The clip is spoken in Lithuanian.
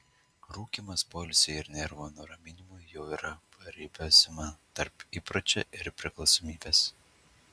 rūkymas poilsiui ir nervų nuraminimui jau yra paribio zona tarp įpročio ir priklausomybės